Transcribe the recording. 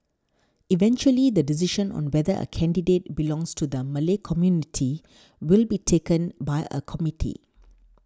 eventually the decision on whether a candidate belongs to the Malay community will be taken by a committee